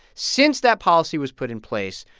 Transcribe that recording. since that policy was put in place,